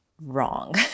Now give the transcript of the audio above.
Wrong